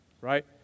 right